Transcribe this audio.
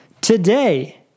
Today